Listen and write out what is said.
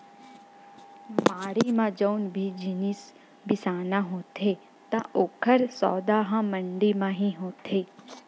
मंड़ी म जउन भी जिनिस बिसाना होथे त ओकर सौदा ह मंडी म ही होथे